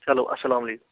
چلو اسلامُ علیکُم